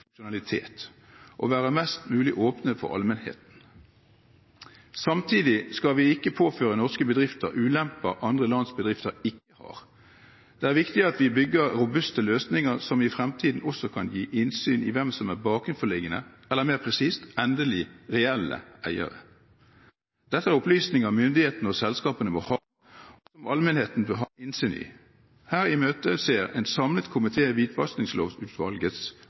være mest mulig åpne for allmennheten. Samtidig skal vi ikke påføre norske bedrifter ulemper andre lands bedrifter ikke har. Det er viktig at vi bygger robuste løsninger som i fremtiden også kan gi innsyn i hvem som er bakenforliggende, eller mer presist, endelig reelle eiere. Dette er opplysninger myndighetene og selskapene må ha, og allmennheten bør ha innsyn i. Her imøteser en samlet komité hvitvaskingslovutvalgets